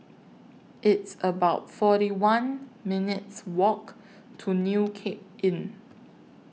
It's about forty one minutes' Walk to New Cape Inn